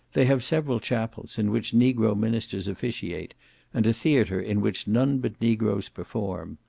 they have several chapels, in which negro ministers officiate and a theatre in which none but negroes perform.